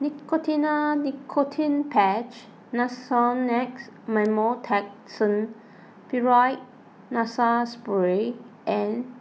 Nicotinell Nicotine Patch Nasonex Mometasone Furoate Nasal Spray and